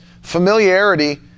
Familiarity